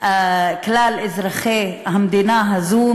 כלל אזרחי המדינה הזאת,